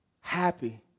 happy